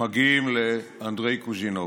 מגיעים לאנדרי קוז'ינוב.